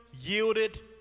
yielded